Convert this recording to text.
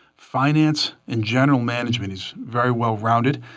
finance, and general management. he's very well-rounded.